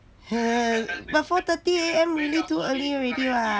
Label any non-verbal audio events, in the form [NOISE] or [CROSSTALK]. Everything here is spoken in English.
[NOISE] but four thirty A_M really too early already [what]